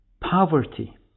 poverty